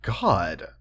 god